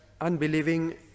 unbelieving